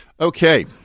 Okay